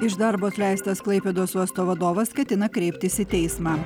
iš darbo atleistas klaipėdos uosto vadovas ketina kreiptis į teismą